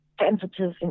sensitive